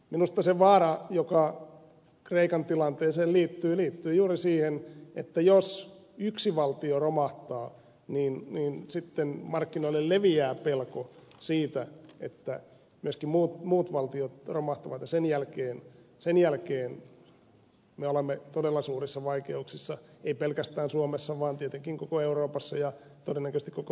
minusta se vaara joka kreikan tilanteeseen liittyy liittyy juuri siihen että jos yksi valtio romahtaa niin sitten markkinoille leviää pelko siitä että myöskin muut valtiot romahtavat ja sen jälkeen me olemme todella suurissa vaikeuksissa emme pelkästään me suomessa vaan tietenkin muutkin koko euroopassa ja todennäköisesti koko maailmassakin